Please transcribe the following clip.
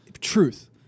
Truth